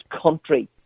country